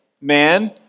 Man